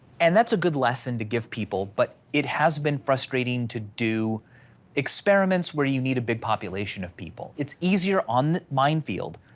and that's a good lesson to give people but it has been frustrating to do experiments where you need a big population of people, it's easier on the mind field,